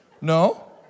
No